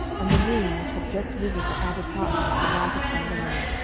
and the moon, which had just risen at our departure to light us on the way,